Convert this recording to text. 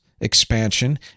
expansion